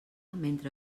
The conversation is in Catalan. mentre